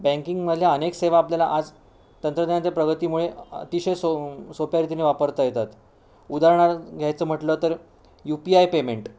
बँकींगमधल्या अनेक सेवा आपल्याला आज तंत्रज्ञानाच्या प्रगतीमुळे अतिशय सो सोप्या रीतीने वापरता येतात उदाहरणार्थ घ्यायचं म्हटलं तर यू पी आय पेमेंट